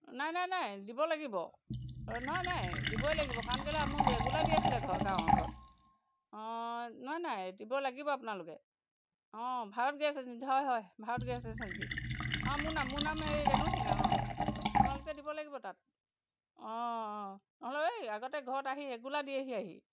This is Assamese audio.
নাই নাই নাই দিব লাগিব নহয় নাই দিবই লাগিব কাৰণ কেলেই মোক ৰেগুলাৰ দি আছিলে ঘৰ গাঁৱৰ ঘৰত অঁ নহয় নাই দিব লাগিব আপোনালোকে অঁ ভাৰত গেছ এজেঞ্চি হয় হয় ভাৰত গেছ এজেঞ্চি অঁ মোৰ নাম মোৰ নাম এই ৰেনু ঠেঙাল অঁ আপোনালোকে দিব লাগিব তাত অঁ হ'ল ঐ আগতে ঘৰত আহি ৰেগুলাৰ দিয়েহি আহি